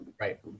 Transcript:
Right